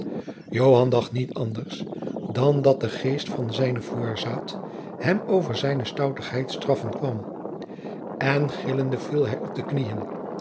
dacht niet anders dan dat de geest van zijnen voorzaat hem over zijne stoutigheid straffen kwam en gillende viel hij op de knieën